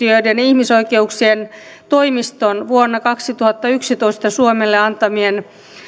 ihmisoikeuksien toimiston vuonna kaksituhattayksitoista suomelle antamien